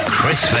Chris